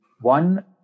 One